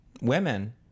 Women